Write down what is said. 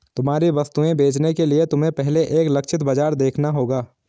तुम्हारी वस्तुएं बेचने के लिए तुम्हें पहले एक लक्षित बाजार देखना होगा